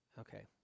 Okay